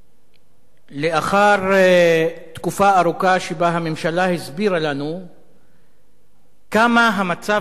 לאחר תקופה ארוכה שבה הממשלה הסבירה לנו כמה המצב הכלכלי יציב,